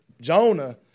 Jonah